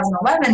2011